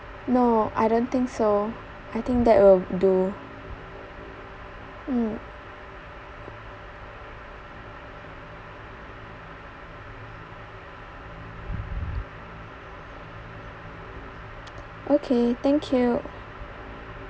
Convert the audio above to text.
no I don't think so I think that will do mm okay thank you